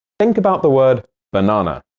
think about the word banana.